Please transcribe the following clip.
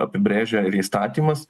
apibrėžia įstatymas